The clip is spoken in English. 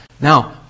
Now